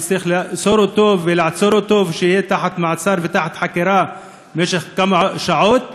שצריך לאסור אותו ולעצור אותו ושיהיה במעצר ותחת חקירה במשך כמה שעות,